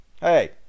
Hey